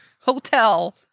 hotel